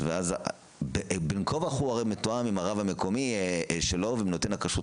הרי בין כה וכה הוא מתואם עם הרב המקומי שלו ונותן הכשרות